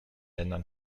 ländern